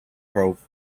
province